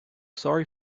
sorry